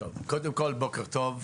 קודם כל, בוקר טוב.